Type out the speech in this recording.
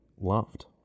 loved